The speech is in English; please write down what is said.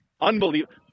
unbelievable